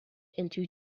into